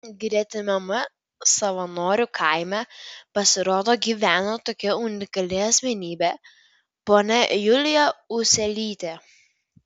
gretimame savanorių kaime pasirodo gyveno tokia unikali asmenybė ponia julija uselytė